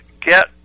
Get